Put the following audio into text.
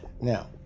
now